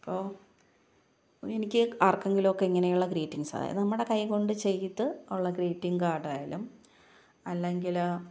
അപ്പോൾ എനിക്ക് ആര്ക്കെങ്കിലുമൊക്കെ ഇങ്ങനെയുള്ള ഗ്രീറ്റിങ്ങ്സ് അതായത് നമ്മുടെ കൈകൊണ്ട് ചെയ്ത് ഉള്ള ഗ്രീറ്റിംഗ് കാര്ഡ് ആയാലും അല്ലെങ്കിൽ